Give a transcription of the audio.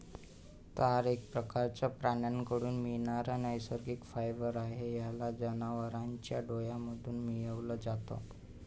तार एक प्रकारचं प्राण्यांकडून मिळणारा नैसर्गिक फायबर आहे, याला जनावरांच्या डोळ्यांमधून मिळवल जात